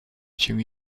się